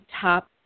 top